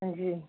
ਹਾਂਜੀ